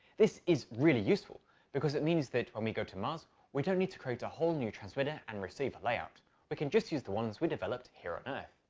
this is really useful because it means that when we go to mars we don't need to create a whole new transmitter and receive a layout we can just use the ones we developed here on earth,